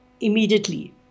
immediately